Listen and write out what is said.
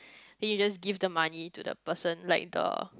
then you just give them money to the person like the